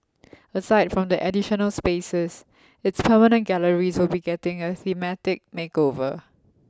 aside from the additional spaces its permanent galleries will be getting a thematic makeover